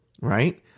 right